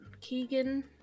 Keegan